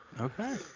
Okay